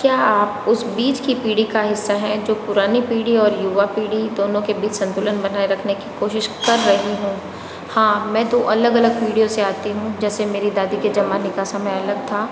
क्या आप उस बीच की पीढ़ी का हिस्सा हैं जो पुरानी पीढ़ी और युवा पीढ़ी दोनों के बीच संतुलन बनाएं रखने की कोशिश कर रही है हाँ मैं दो अलग अलग पीढ़ीयों से आती हूँ जैसे मेरी दादी के जमाने का समय अलग था